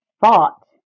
fought